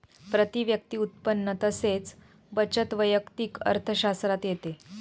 प्रती व्यक्ती उत्पन्न तसेच बचत वैयक्तिक अर्थशास्त्रात येते